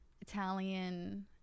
Italian